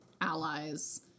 allies